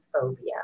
phobia